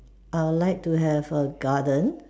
I will like to have a garden